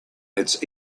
its